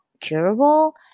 curable